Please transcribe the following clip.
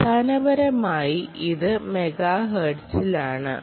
അടിസ്ഥാനപരമായി ഇത് മെഗാഹെർട്സിലാണ്